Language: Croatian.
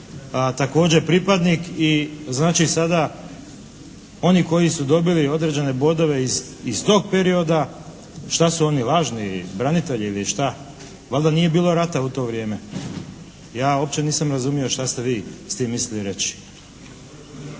također pripadnik. I znači sada oni koji su dobili određene bodove iz tog perioda, šta su oni lažni branitelji ili šta, valjda nije bilo rata u to vrijeme? Ja uopće nisam razumio šta ste vi s tim mislili reći?